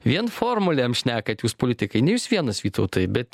vien formulėm šnekat jūs politikai ne jūs vienas vytautai bet